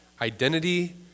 Identity